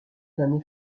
d’un